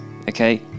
Okay